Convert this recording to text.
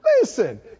Listen